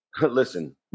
listen